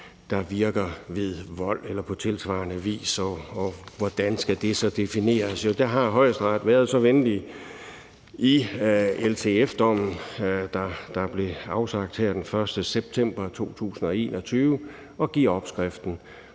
der virker ved vold eller på tilsvarende vis. Og hvordan skal det så defineres? Det har Højesteret været så venlig i LTF-dommen, der blev afsagt den 1. september 2021, at give opskriften